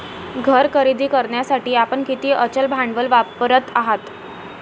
घर खरेदी करण्यासाठी आपण किती अचल भांडवल वापरत आहात?